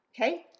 Okay